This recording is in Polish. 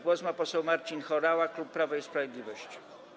Głos ma poseł Marcin Horała, klub Prawo i Sprawiedliwość.